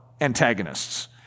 antagonists